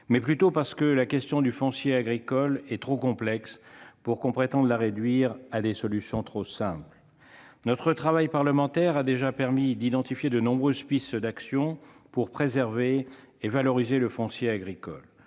plutôt que la question du foncier agricole est trop complexe pour que l'on puisse prétendre la résoudre par des solutions trop simples. Notre travail parlementaire a déjà permis d'identifier de nombreuses pistes d'action pour préserver et valoriser le foncier agricole.